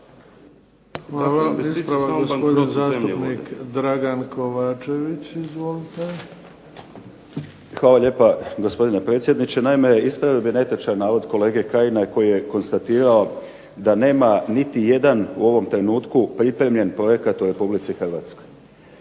Hvala. Ispravak gospodin zastupnik Dragan Kovačević. Izvolite. **Kovačević, Dragan (HDZ)** Hvala lijepa gospodine predsjedniče. Naime ispravio bih netočan navod kolege Kajina, koji je konstatirao da nema niti jedan u ovom trenutku pripremljen projekat u Republici Hrvatskoj.